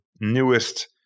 newest